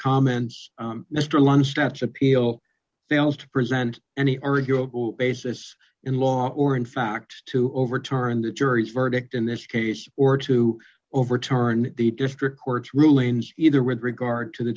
comments mr a one stretch appeal fails to present any arguable basis in law or in fact to overturn the jury's verdict in this case or to overturn the district court's rulings either with regard to the